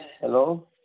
hello